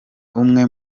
umwe